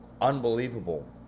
unbelievable